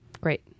Great